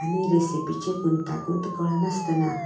आनी रेसिपीची गुंतागुंत कळनासतना